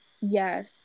Yes